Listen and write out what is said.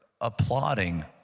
applauding